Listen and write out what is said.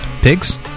Pigs